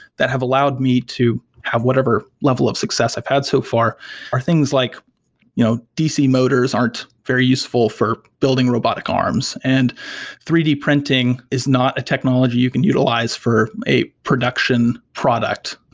that have allowed me to have whatever level of success i've had so far are things like you know dc motors aren't very useful for building robotic arms, and three d printing is not a technology you can utilize for a production product.